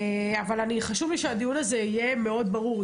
אבל חשוב לי שהדיון הזה יהיה מאוד ברור.